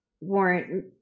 warrant